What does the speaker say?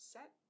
Set